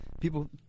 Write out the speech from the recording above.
people